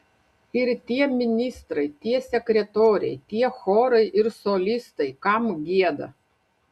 ir tie ministrai tie sekretoriai tie chorai ir solistai kam gieda